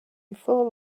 before